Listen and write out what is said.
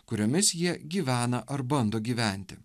kuriomis jie gyvena ar bando gyventi